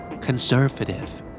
Conservative